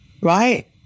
right